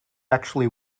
actually